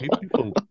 People